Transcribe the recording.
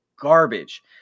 garbage